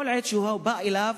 בכל עת שהוא בא אליו,